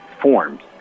forms